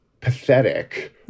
pathetic